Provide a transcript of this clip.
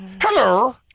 hello